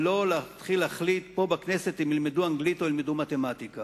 ולא להתחיל להחליט פה בכנסת אם ילמדו אנגלית או ילמדו מתמטיקה.